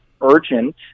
urgent